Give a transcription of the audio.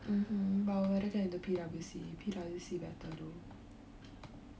mmhmm but I rather get into P_W_C P_W_C better though